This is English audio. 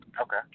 Okay